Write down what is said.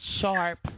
Sharp